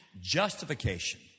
justification